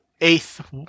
eighth